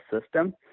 system